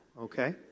Okay